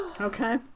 Okay